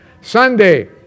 Sunday